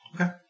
Okay